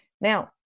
now